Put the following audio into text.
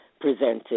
presented